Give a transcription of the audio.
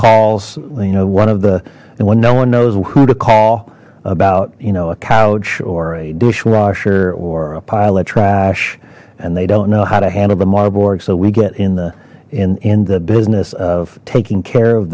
calls you know one of the when no one knows who to call about you know a couch or a dishwasher or a pile of trash and they don't know how to handle the marburg so we get in the in in the business of taking care of